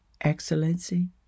excellency